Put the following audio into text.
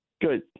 Good